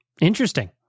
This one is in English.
Interesting